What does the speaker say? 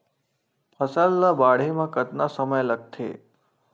फसल ला बाढ़े मा कतना समय लगथे?